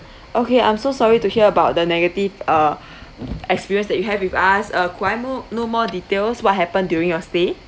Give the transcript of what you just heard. okay I'm so sorry to hear about the negative uh experience that you have with us uh could I more~ know more details what happened during your stay